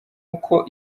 uko